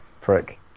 prick